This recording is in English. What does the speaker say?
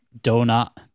donut